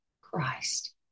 Christ